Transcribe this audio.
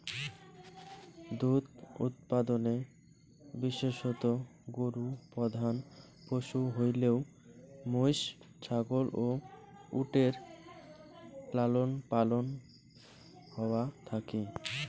দুধ উৎপাদনে বিশেষতঃ গরু প্রধান পশু হইলেও মৈষ, ছাগল ও উটের লালনপালন হয়া থাকি